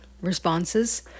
responses